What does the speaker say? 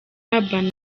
urban